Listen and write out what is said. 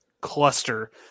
cluster